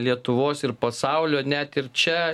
lietuvos ir pasaulio net ir čia